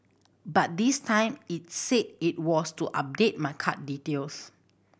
but this time its said it was to update my card details